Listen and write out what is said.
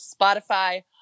Spotify